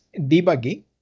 debugging